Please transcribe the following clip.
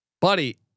Buddy